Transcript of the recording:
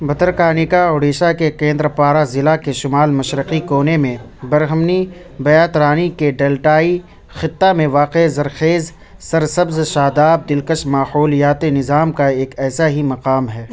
بھترکانیکا اڈیشہ کے کیندرپارا ضلع کے شمال مشرقی کونے میں برہمنی بیاترانی کے ڈیلٹائی خطہ میں واقع زرخیز سرسبز و شاداب دلکش ماحولیاتی نظام کا ایک ایسا ہی مقام ہے